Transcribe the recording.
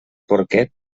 porquet